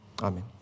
Amen